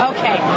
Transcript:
Okay